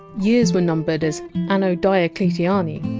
years were numbered as anno diocletiani,